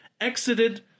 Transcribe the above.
exited